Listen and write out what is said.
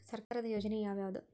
ಸರ್ಕಾರದ ಯೋಜನೆ ಯಾವ್ ಯಾವ್ದ್?